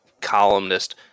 columnist